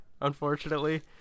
Unfortunately